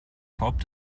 korb